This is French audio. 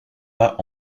pas